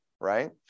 right